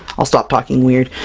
i'll stop talking weird.